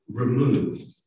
removed